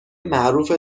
معروف